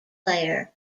player